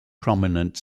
prominent